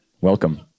Welcome